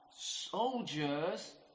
soldiers